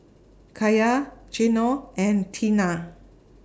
Kaia Geno and Teena